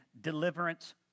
deliverance